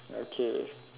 okay